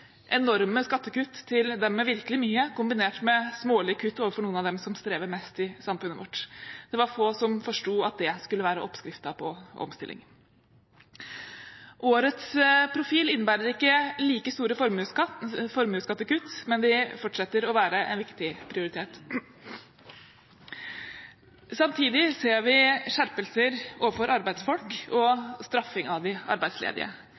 enorme skattekutt til dem med virkelig mye, kombinert med smålige kutt overfor noen av dem som strever mest i samfunnet vårt. Det var få som forsto at det skulle være oppskriften på omstilling. Årets profil innebærer ikke like store formuesskattekutt, men de fortsetter å være en viktig prioritet. Samtidig ser vi skjerpelser overfor arbeidsfolk og straffing av de arbeidsledige.